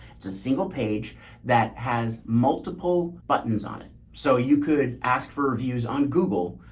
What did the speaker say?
it's a single page that has multiple buttons on it. so you could ask for reviews on google,